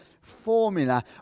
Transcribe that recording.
formula